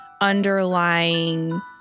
underlying